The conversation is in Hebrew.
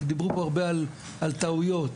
דיברו פה הרבה על טעויות,